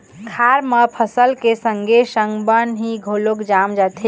खार म फसल के संगे संग बन ह घलोक जाम जाथे